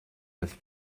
have